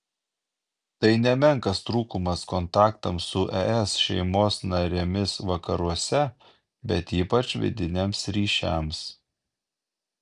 tai nemenkas trūkumas kontaktams su es šeimos narėmis vakaruose bet ypač vidiniams ryšiams